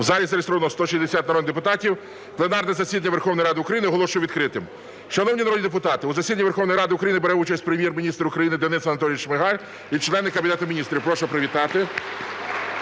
В залі зареєстровано 160 народних депутатів. Пленарне засідання Верховної Ради України оголошую відкритим. Шановні народні депутати, у засіданні Верховної Ради України бере участь Прем'єр-міністр України Денис Анатолійович Шмигаль і члени Кабінету Міністрів. Прошу привітати.